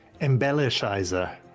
Embellishizer